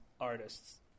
artists